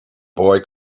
boy